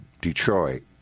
Detroit